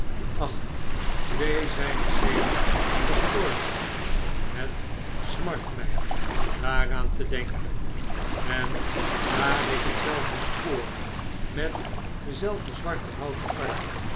ach twee zijn er sedert gestorven het smart mij daaraan te denken en daar is hetzelfde spoor met dezelfde zwarte houten armen